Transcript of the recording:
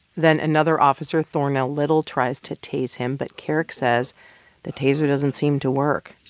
then, another officer, thornell little, tries to tase him, but kerrick says the taser doesn't seem to work.